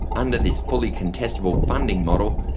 under this fully-contestable funding model,